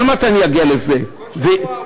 כל שבוע,